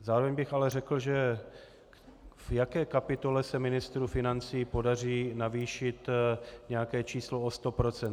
Zároveň bych ale řekl, že v jaké kapitole se ministru financí podaří navýšit nějaké číslo o 100 %?